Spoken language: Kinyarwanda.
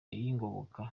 y’ingoboka